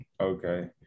Okay